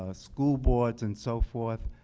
ah school boards and so forth,